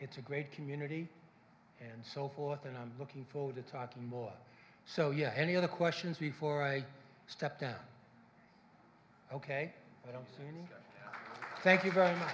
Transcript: it's a great community and so forth and i'm looking forward to talking more so yeah any other questions before i step down ok i don't see any thank you very much